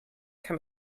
kann